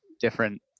different